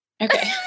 Okay